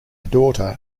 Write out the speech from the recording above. daughter